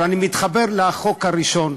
אבל זה מתחבר לחוק הראשון,